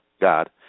God